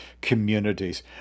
communities